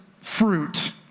fruit